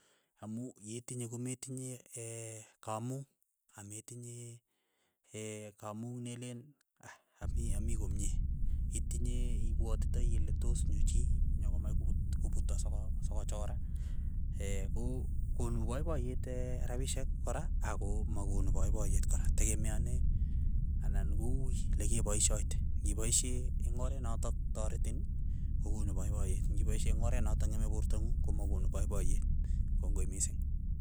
Amu metinye kometinyee kamu ametinye kamu meleen aa ami- ami komye, itinye ipwotitai ile tos mi chii nekamache koputo soko sokochora, ko konu paipayet rapishek kora ako makonu paipaiyet kora, tekemeane anan ko uui lekepaishate, ng'ipaishe ing' oret notok taretin, kokonu paipayet, ng'ipaishe eng' oret notok ng'eme porta ng'ung, komakonu paipayet, kongoi mising.